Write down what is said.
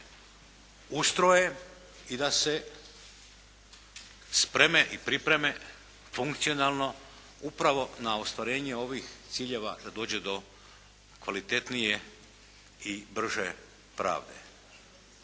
ustroje i da se spreme i pripreme funkcionalno upravo na ostvarenje ovih ciljeva da dođe do kvalitetnije i brže pravde.